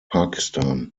pakistan